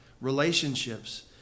relationships